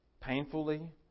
Painfully